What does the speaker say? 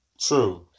True